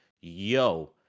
yo